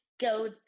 go